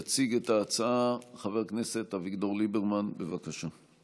יציג את ההצעה חבר הכנסת אביגדור ליברמן, בבקשה.